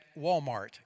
Walmart